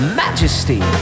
majesty